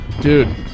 Dude